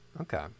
Okay